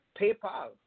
PayPal